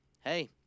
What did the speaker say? hey